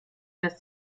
dass